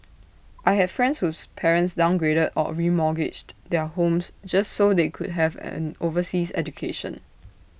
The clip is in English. I had friends whose parents downgraded or remortgaged their homes just so they could have an overseas education